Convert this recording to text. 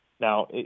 Now